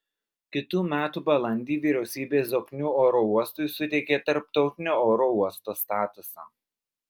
kitų metų balandį vyriausybė zoknių oro uostui suteikė tarptautinio oro uosto statusą